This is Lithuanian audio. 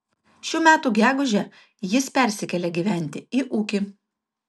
šių metų gegužę jis persikėlė gyventi į ūkį